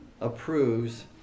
approves